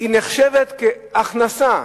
נחשבת הכנסה,